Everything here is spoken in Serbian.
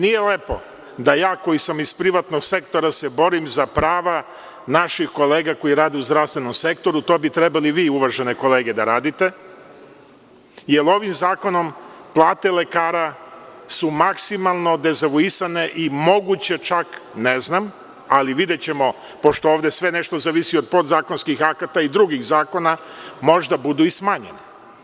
Nije lepo da se ja koji sam iz privatnog sektora borim za prava naših kolega koji rade u zdravstvenom sektoru, to bi trebali vi, uvažene kolege, da radite, jer ovim zakonom plate lekara su maksimalno dezavuisane i moguće čak, ne znam, ali videćemo, pošto ovde sve nešto zavisi od podzakonskih akata i drugih zakona, možda budu i smanjeni.